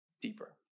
deeper